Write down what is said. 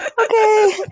Okay